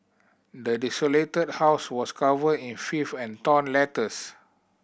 the desolated house was covered in fifth and torn letters